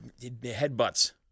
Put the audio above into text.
headbutts